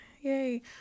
Yay